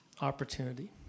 opportunity